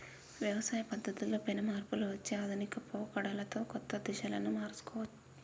వ్యవసాయ పద్ధతుల్లో పెను మార్పులు వచ్చి ఆధునిక పోకడలతో కొత్త దిశలను మర్సుకుంటొన్ది